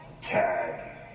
tag